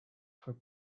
for